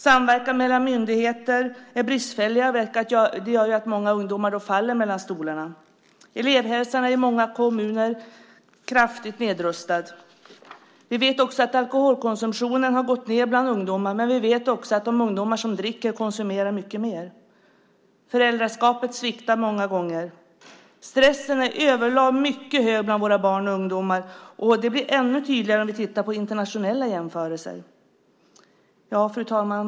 Samverkan mellan myndigheterna är bristfällig, och det gör att många ungdomar faller mellan stolarna. I många kommuner är elevhälsan kraftigt nedrustad. Vi vet att alkoholkonsumtionen hos ungdomar har gått ned, men vi vet också att de ungdomar som dricker konsumerar mycket mer. Föräldraskapet sviktar många gånger. Stressen är över lag mycket hög bland våra barn och ungdomar. Det blir ännu tydligare om vi tittar på internationella jämförelser. Fru talman!